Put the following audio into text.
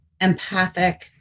empathic